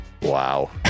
wow